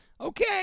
Okay